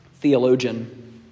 theologian